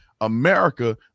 America